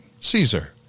Caesar